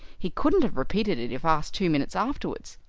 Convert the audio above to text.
he couldn't have repeated it if asked two minutes afterwards.